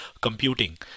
computing